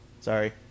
Sorry